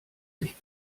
sich